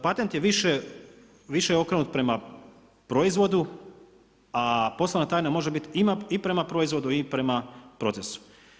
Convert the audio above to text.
Patent je više okrenut prema proizvodu, a poslovna tajna može biti i prema proizvodu i prema procesu.